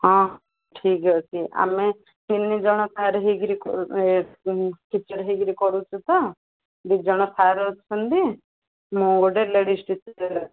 ହଁ ଠିକ୍ ଅଛି ଆମେ ତିନି ଜଣ ସାର୍ ହୋଇକି ଏ ଟିଚର୍ ହୋଇକି କରୁଛଉ ତ ଦୁଇ ଜଣ ସାର୍ ଅଛନ୍ତି ମୁଁ ଗୋଟେ ଲେଡ଼ିଜ୍ ଟିଚର୍ ଅଛି